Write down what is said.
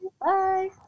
bye